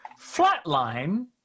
Flatline